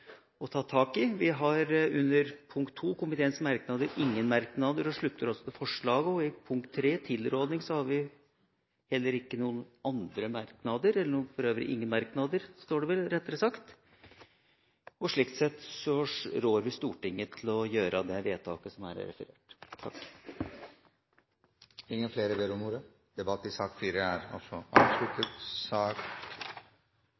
tak i. Vi har under punkt 2, Komiteens merknader, ingen merknader. Vi slutter oss til forslaget. Til punkt 3, Komiteens tilråding, har vi heller ingen andre merknader – eller rettere sagt står det vel «ingen merknader». Slik sett rår vi Stortinget til å gjøre det vedtaket som her er referert til. Flere har ikke bedt om ordet til sak